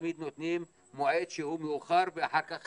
תמיד נותנים מועד שהוא מאוחר ואחר כך